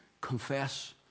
confess